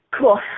Cool